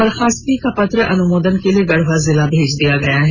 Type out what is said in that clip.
बर्खास्तगी का पत्र अनुमोदन के लिए गढ़वा जिला भेज दिया गया है